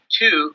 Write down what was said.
two